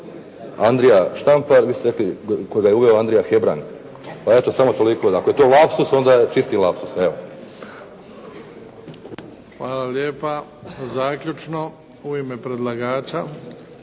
Andrija Štampar, vi ste rekli koji ga je uveo Andrija Hebrang, pa eto samo toliko. Ako je to lapsus onda je čisti lapsus. Evo. **Bebić, Luka (HDZ)** Hvala lijepa. Zaključno, u ime predlagača.